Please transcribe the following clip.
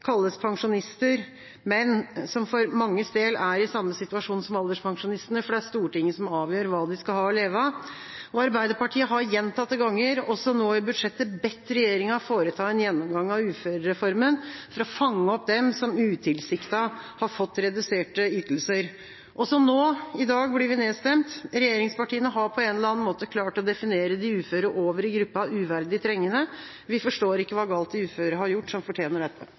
kalles pensjonister, men som for manges del er i samme situasjon som alderspensjonistene, for det er Stortinget som avgjør hva de skal ha å leve av. Arbeiderpartiet har gjentatte ganger, også nå i forbindelse med budsjettet, bedt regjeringa foreta en gjennomgang av uførereformen for å fange opp dem som utilsiktet har fått reduserte ytelser. Også nå i dag blir vi nedstemt. Regjeringspartiene har på en eller annen måte klart å definere de uføre over i gruppa uverdig trengende. Vi forstår ikke hva galt de uføre har gjort som fortjener dette.